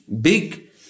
big